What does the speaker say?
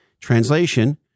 Translation